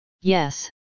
yes